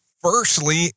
Firstly